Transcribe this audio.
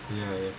ya